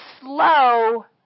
slow